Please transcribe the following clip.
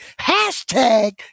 hashtag